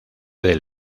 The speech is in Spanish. del